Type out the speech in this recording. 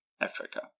Africa